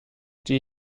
die